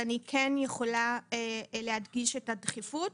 אני כן יכולה להדגיש את הדחיפות,